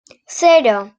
cero